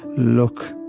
look.